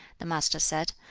the master said,